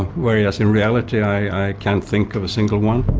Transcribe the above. whereas in reality i can't think of a single one.